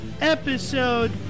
episode